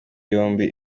yombi